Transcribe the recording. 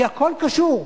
כי הכול קשור.